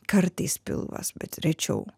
kartais pilvas bet rečiau